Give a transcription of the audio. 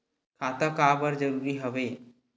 खाता का बर जरूरी हवे?